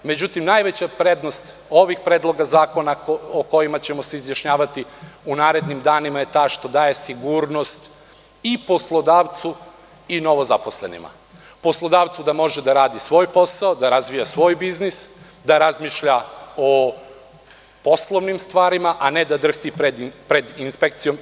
Međutim, najveća prednost ovih predloga zakona o kojima ćemo se izjašnjavati u narednim danima je ta što daje sigurnost i poslodavcu i novozaposlenima, poslodavcu da može da radi svoj posao, da razvija svoj biznis, da razmišlja o poslovnim stvarima, a ne da drhti pred inspekcijom.